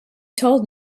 told